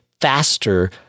faster